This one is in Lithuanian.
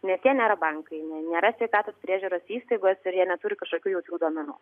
nes jie nėra bankai ne nėra sveikatos priežiūros įstaigos ir jie neturi kažkokių jautrių duomenų